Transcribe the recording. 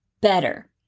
better